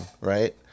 Right